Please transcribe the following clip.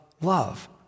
love